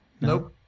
Nope